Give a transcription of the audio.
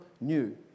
new